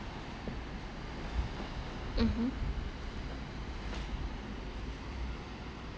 mmhmm